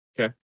Okay